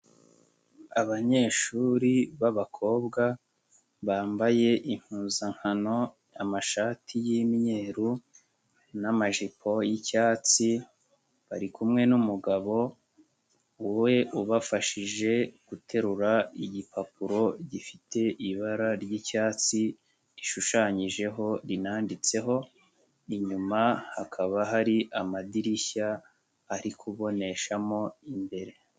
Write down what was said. Abanyeshuri b'abakobwa bambaye impuzankano amashati y'imyeru n'amajipo y'icyatsi bari kumwe n'umugabo we ubafashije guterura igipapuro gifite ibara ry'icyatsi rishushanyijeho rinanditseho inyuma hakaba hari amadirishya ari kuboneshamo imbere.